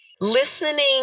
listening